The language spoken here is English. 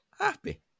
happy